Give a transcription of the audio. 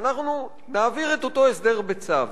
אנחנו נעביר את אותו הסדר בצו.